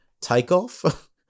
takeoff